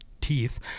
teeth